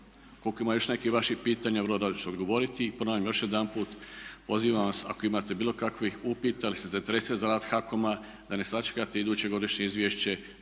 Ukoliko ima još nekih vaših pitanja, vrlo rado ću odgovoriti i ponavljam još jedanput pozivam vas ako imate bilo kakvih upita ili ste zainteresirani za rad HAKOM-a da ne sačekate iduće godišnje izvješće